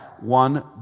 One